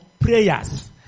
prayers